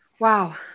Wow